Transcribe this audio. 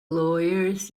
lawyers